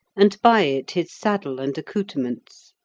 and by it his saddle and accoutrements.